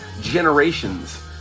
generations